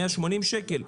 180 שקלים?